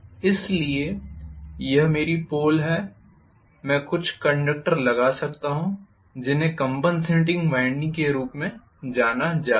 इसलिए यह मेरी पोल है मैं कुछ कंडक्टर लगा सकता हूं जिन्हें कॅंपनसेटिंग वाइंडिंग के रूप में जाना जाता है